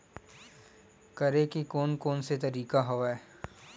करे के कोन कोन से तरीका हवय?